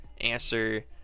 answer